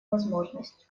возможность